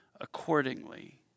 accordingly